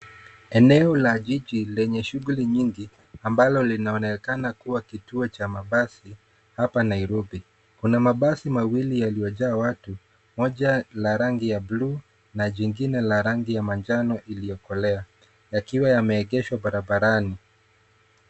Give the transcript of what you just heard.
Eneo la jiji lenye shughuli nyingi, ambalo lina onekana kuwa kituo cha mabasi hapa Nairobi. Kuna mabasi mawili yalio jaa watu, moja la rangi ya blue na jingine la rangi ya manjano iliyo kolea yakiwa yameegeshwa barabarani.